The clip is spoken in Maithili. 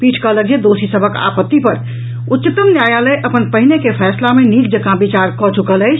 पीठ कहलक जे दोषी सभक आपत्ति पर उच्चतम न्यायालय अपन पहिने के फैसला मे नीक जकॉ विचार कऽ चुकल अछि